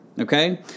Okay